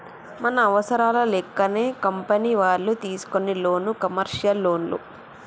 మన అవసరాల లెక్కనే కంపెనీ వాళ్ళు తీసుకునే లోను కమర్షియల్ లోన్లు